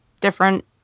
different